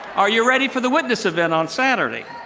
are you ready for the witness event on saturday?